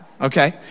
okay